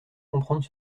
comprendre